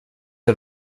der